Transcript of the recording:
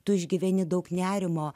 tu išgyveni daug nerimo